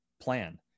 plan